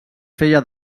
feia